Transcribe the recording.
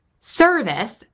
service